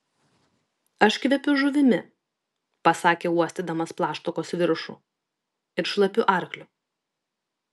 aš kvepiu žuvimi pasakė uostydamas plaštakos viršų ir šlapiu arkliu